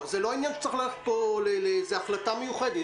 זה לא מחייב לקבל פה החלטה מיוחדת.